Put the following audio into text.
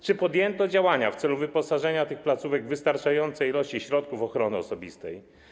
Czy podjęto działania w celu wyposażenia tych placówek w wystarczające ilości środków ochrony osobistej?